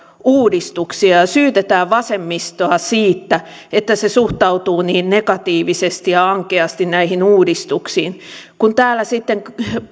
uudistuksia ja syytetään vasemmistoa siitä että se suhtautuu niin negatiivisesti ja ankeasti näihin uudistuksiin kun täällä sitten